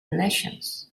nations